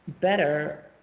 better